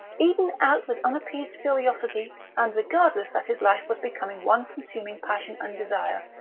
eaten out with unappeased curiosity and regardless that his life was becoming one consuming passion and desire,